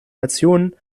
nationen